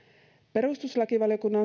perustuslakivaliokunnan